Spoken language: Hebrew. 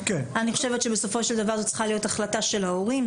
אני חושבת שבסופו של דבר זו צריכה להיות החלטה של ההורים,